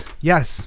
Yes